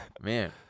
Man